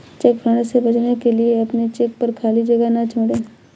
check fraud से बचने के लिए अपने चेक पर खाली जगह ना छोड़ें